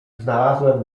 znalazłem